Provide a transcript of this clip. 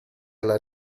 alla